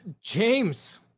James